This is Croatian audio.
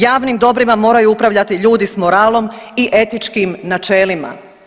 Javnim dobrima moraju upravljati ljudi s moralom i etičkim načelima.